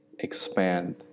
expand